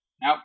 Now